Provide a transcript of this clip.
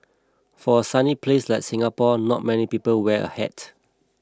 for a sunny place like Singapore not many people wear a hat